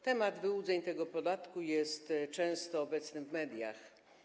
Temat wyłudzeń tego podatku jest często obecny w mediach.